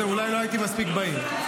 אולי לא הייתי מספיק בהיר.